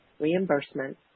reimbursement